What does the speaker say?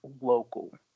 local